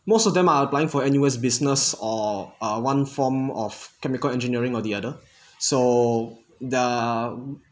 most of them are applying for N_U_S business or uh one form of chemical engineering or the other so the